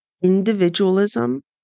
individualism